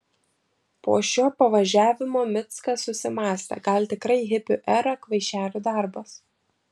po šio pavažiavimo mickas susimąstė gal tikrai hipių era kvaišelių darbas